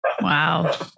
Wow